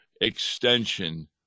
extension